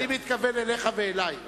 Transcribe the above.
אני מתכוון אליך ואלי.